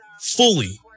fully